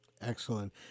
Excellent